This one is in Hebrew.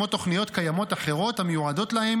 כמו תוכניות קיימות אחרות המיועדות להם